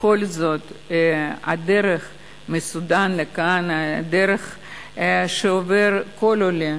בכל זאת, הדרך מסודן לכאן היתה דרך שעובר כל עולה